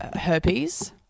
herpes